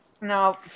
Now